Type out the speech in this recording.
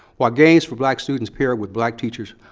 while gains for black students paired with black teachers,